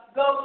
go